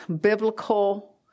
biblical